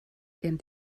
ihren